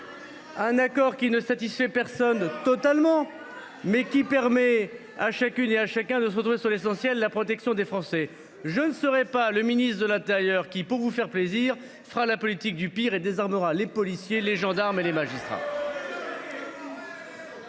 politique qui ne satisfait personne totalement, mais qui permet à chacune et à chacun de se retrouver sur l’essentiel, à savoir la protection des Français. Je ne serai pas le ministre de l’intérieur qui, pour vous faire plaisir, fera la politique du pire et désarmera les policiers, les gendarmes et les magistrats